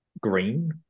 green